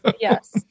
Yes